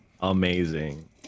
amazing